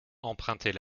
empruntez